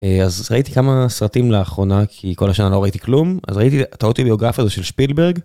אז ראיתי כמה סרטים לאחרונה כי כל השנה לא ראיתי כלום, אז ראיתי את האוטוביוגרפיה הזאת של שפילברג.